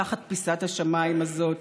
תחת פיסת השמיים הזאת,